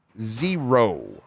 Zero